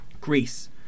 Greece